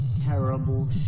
terrible